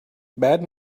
bad